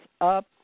up